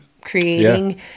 creating